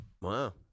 Wow